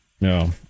no